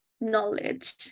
knowledge